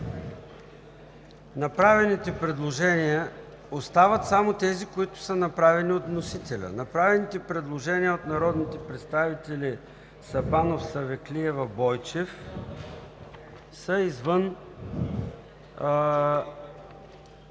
Направените предложения остават, само тези, които са направени от вносителя. Направените предложения от народните представители Сабанов, Савеклиева и Бойчев са извън…